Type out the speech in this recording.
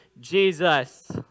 Jesus